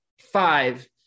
five